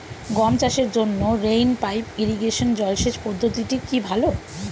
গম চাষের জন্য রেইন পাইপ ইরিগেশন জলসেচ পদ্ধতিটি কি ভালো?